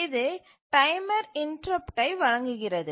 இது டைமர் இன்டரப்டை வழங்குகிறது